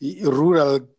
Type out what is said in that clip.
rural